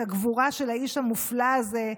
את הגבורה של האיש המופלא הזה,